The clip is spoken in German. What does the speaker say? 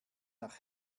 nach